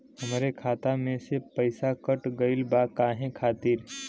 हमरे खाता में से पैसाकट गइल बा काहे खातिर?